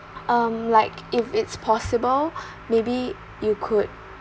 um like if it's possible maybe you could